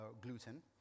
gluten